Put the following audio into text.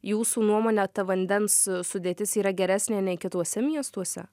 jūsų nuomone ta vandens sudėtis yra geresnė nei kituose miestuose